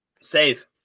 save